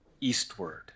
eastward